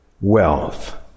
wealth